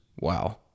Wow